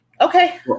Okay